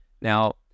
Now